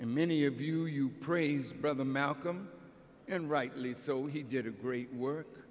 and many of you you praise brother malcolm and rightly so he did a great work